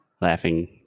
laughing